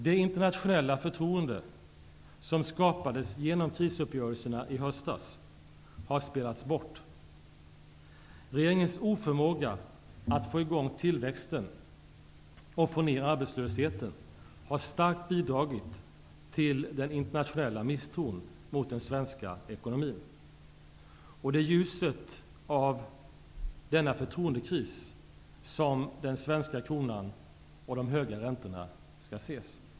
Det internationella förtroende som skapades genom krisuppgörelserna i höstas har spelats bort. Regeringens oförmåga att få i gång tillväxten och få ner arbetslösheten har starkt bidragit till den internationella misstron mot den svenska ekonomin. Det är i ljuset av denna förtroendekris som den svenska kronans utveckling och de höga räntorna skall ses.